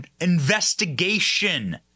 investigation